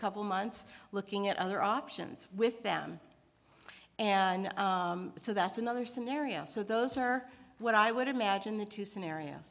couple months looking at other options with them and so that's another scenario so those are what i would imagine the two scenario